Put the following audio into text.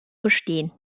bestehen